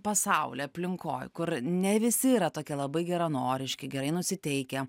pasauly aplinkoj kur ne visi yra tokie labai geranoriški gerai nusiteikę